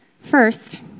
First